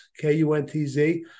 K-U-N-T-Z